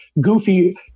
Goofy